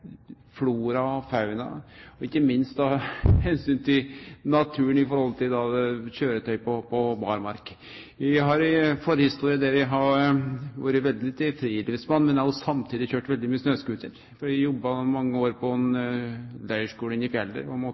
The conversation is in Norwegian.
flora og fauna og ikkje minst ta omsyn til naturen når det gjeld køyretøy på barmark. Eg har ei forhistorie der. Eg har vore veldig til friluftsmann, men eg har òg samtidig køyrt mykje snøscooter, fordi eg har jobba mange år på ein leirskule inne på fjellet og